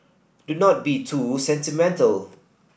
do not be too sentimental